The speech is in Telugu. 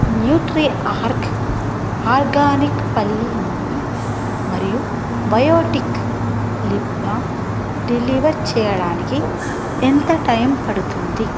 న్యూట్రీ ఆర్గ్ ఆర్గానిక్ పల్లీ నూనె మరియు బయోటిక్ లిప్ బామ్ డెలివర్ చేయడానికి ఎంత టైం పడుతుంది